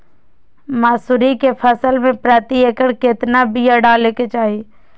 मसूरी के फसल में प्रति एकड़ केतना बिया डाले के चाही?